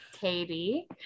Katie